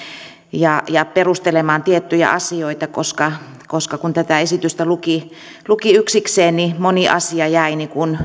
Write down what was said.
ja ja perustelemassa tiettyjä asioita koska koska kun tätä esitystä luki luki yksikseen niin moni asia jäi